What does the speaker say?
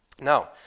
Now